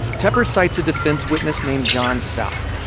tepper cites a defense witness named john south,